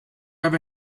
ever